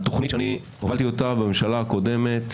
התוכנית שאני הובלתי אותה בממשלה הקודמת